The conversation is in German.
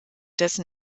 dessen